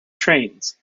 trains